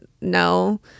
no